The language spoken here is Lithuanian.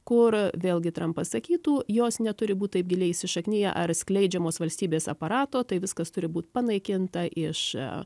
kur vėlgi trumpas sakytų jos neturi būt taip giliai įsišakniję ar skleidžiamos valstybės aparato tai viskas turi būt panaikinta iš